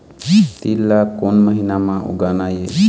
तील ला कोन महीना म उगाना ये?